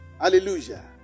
Hallelujah